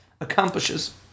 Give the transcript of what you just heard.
Accomplishes